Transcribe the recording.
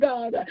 God